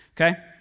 Okay